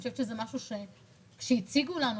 אני חושבת שזה משהו שהציגו לנו,